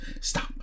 Stop